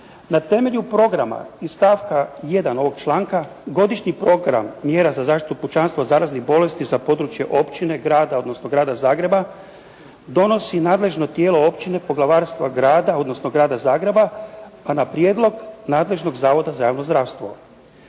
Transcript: Na temelju programa iz stavka 1. ovog članka, godišnji program mjera za zaštitu pučanstva od zaraznih bolesti za područje općine, grada, odnosno Grada Zagreba donosi nadležno tijelo općine, poglavarstva grada odnosno Grada Zagreba a na prijedlog nadležnog Zavoda za javno zdravstvo.